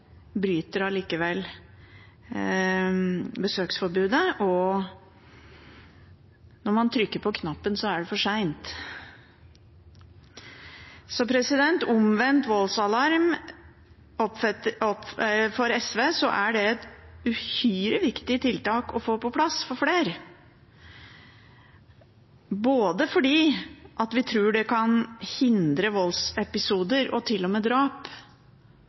bryter besøksforbudet, og når man trykker på knappen, er det for sent. Så omvendt voldsalarm er for SV et uhyre viktig tiltak å få på plass for flere – både fordi vi tror det kan hindre voldsepisoder og til og med drap,